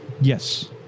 Yes